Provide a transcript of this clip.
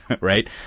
Right